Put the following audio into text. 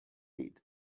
اید